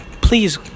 Please